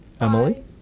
Emily